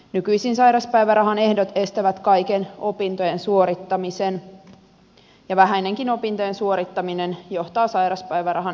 nykyisin sairauspäivärahan ehdot estävät kaiken opintojen suorittamisen ja vähäinenkin opintojen suorittaminen johtaa sairauspäivärahan menettämiseen